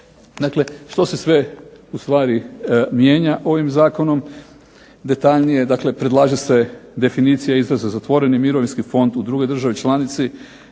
Dakle što se sve ustvari mijenja ovim zakonom? Detaljnije dakle, predlaže se definicija izraza zatvoreni mirovinski fond u drugoj državi članici,